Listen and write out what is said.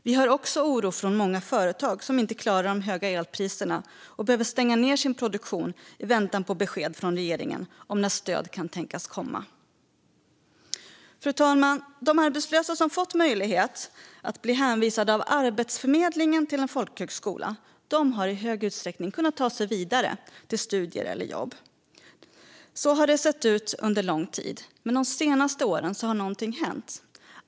Vi hör också om oro från många företag som inte klarar de höga elpriserna och behöver stänga ned sin produktion i väntan på besked från regeringen om när stöd kan tänkas komma. Fru talman! De arbetslösa som har fått möjlighet att bli hänvisade av Arbetsförmedlingen till en folkhögskola har i stor utsträckning kunnat ta sig vidare till fortsatta studier eller jobb. Så har det sett ut under lång tid. Men de senaste åren har någonting hänt.